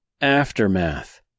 Aftermath